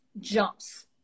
jumps